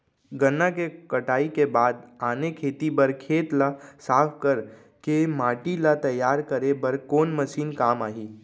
गन्ना के कटाई के बाद आने खेती बर खेत ला साफ कर के माटी ला तैयार करे बर कोन मशीन काम आही?